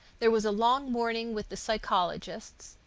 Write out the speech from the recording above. there was a long morning with the psychologists,